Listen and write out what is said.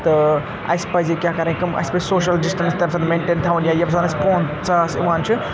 تہٕ اَسہِ پَزِ کیٛاہ کَرٕنۍ کٲم اَسہِ پَزِ سوشَل ڈِسٹَنٕس تَمہِ ساتہٕ مینٹین تھاوُن یا ییٚمہِ ساتہٕ اَسہِ ژاس یِوان چھِ